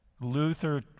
Luther